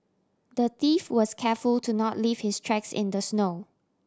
the thief was careful to not leave his tracks in the snow